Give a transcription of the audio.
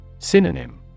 Synonym